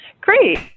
Great